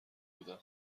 بودم